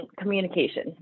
Communication